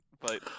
but-